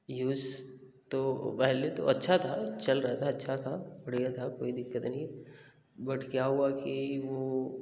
use तो पहले तो अच्छा था चल रहा था अच्छा था बढ़िया था कोई दिक्कत नहीं बट क्या हुआ कि वो